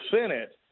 senate